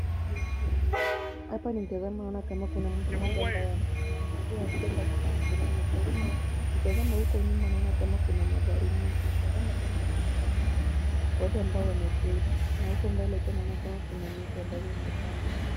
Hapa natazama naona kama kuna mtu mmoja ambaye amesimama akiwa amebeba kitu mkononi. Ukitazama huko nyuma naona kama kuna magari mingi, nikitazama tena wote naona watu ambao wameketi na huku mbele tena kuna miti ambazo zimepandwa.